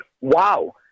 wow